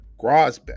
Grosbeck